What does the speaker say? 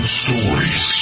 stories